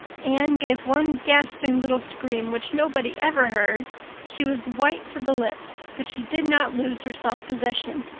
anne gave one gasping little scream which nobody ever heard she was white to the lips, but she did not lose her self-possession.